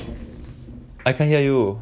I can't hear you